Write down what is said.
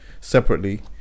separately